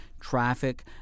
traffic